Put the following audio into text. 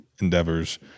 endeavors